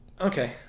Okay